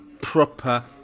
proper